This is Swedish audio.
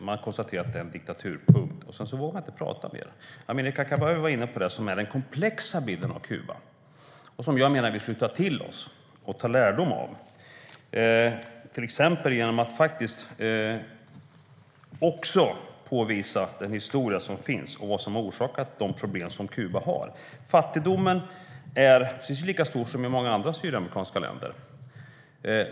Man konstaterar att det är en diktatur, punkt, och sedan vågar man inte tala mer. Amineh Kakabaveh var inne på den komplexa bilden av Kuba som jag menar att vi ska ta till oss och ta lärdom av. Det gör vi till exempel genom att påvisa den historia som finns och vad som har orsakat de problem som Kuba har. Fattigdomen är precis lika stor som i många andra Sydamerikanska länder.